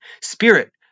Spirit